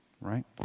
right